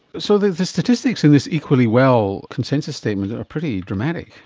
so the the statistics in this equally well consensus statement are pretty dramatic.